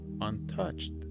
untouched